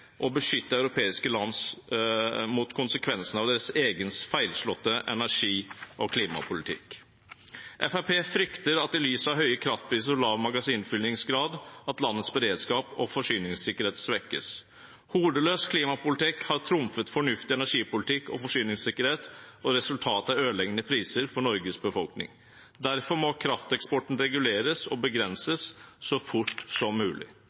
beskytte europeiske land mot konsekvensene av deres egen feilslåtte energi- og klimapolitikk. Fremskrittspartiet frykter, i lys av høye kraftpriser og lav magasinfyllingsgrad, at landets beredskap og forsyningssikkerhet svekkes. Hodeløs klimapolitikk har trumfet fornuftig energipolitikk og forsyningssikkerhet, og resultatet er ødeleggende priser for Norges befolkning. Derfor må krafteksporten reguleres og begrenses så fort som mulig.